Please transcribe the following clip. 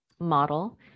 model